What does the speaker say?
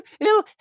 Little